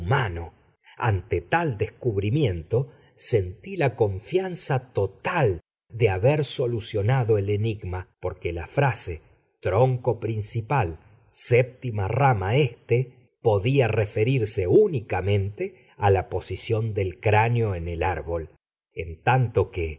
humano ante tal descubrimiento sentí la confianza total de haber solucionado el enigma porque la frase tronco principal séptima rama este podía referirse únicamente a la posición del cráneo en el árbol en tanto que